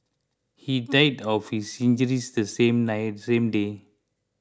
he died of his injuries the same night same day